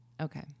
Okay